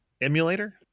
emulator